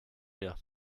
mir